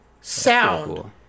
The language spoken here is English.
sound